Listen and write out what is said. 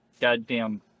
Goddamn